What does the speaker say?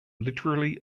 literally